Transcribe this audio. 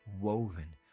woven